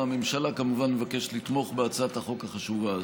הממשלה כמובן מבקשת לתמוך בהצעת החוק החשובה הזאת.